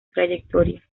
trayectoria